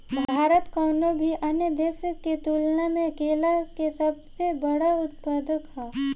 भारत कउनों भी अन्य देश के तुलना में केला के सबसे बड़ उत्पादक ह